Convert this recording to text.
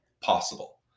possible